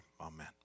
Amen